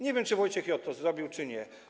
Nie wiem, czy Wojciech J. to zrobił, czy nie.